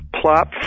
plop